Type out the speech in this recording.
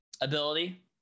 Ability